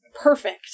perfect